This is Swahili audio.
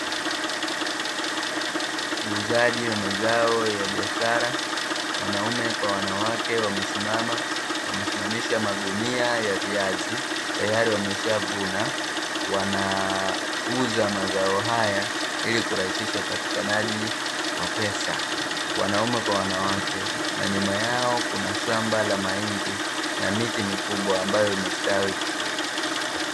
Uuzaji wa mazao ya biashara wanaume kwa wanawake wamesimama, wamesimamisha magunia ya viazi tayari wameshavuna wanauza mazao haya ili kurahisisha upatikana wa pesa wanaume kwa wanawake na nyuma yao kuna shamba la mahindi na miti mikubwa ambayo imestawi vizuri.